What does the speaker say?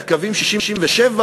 את הקווים של 67',